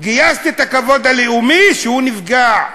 גייסתי את הכבוד הלאומי שנפגע.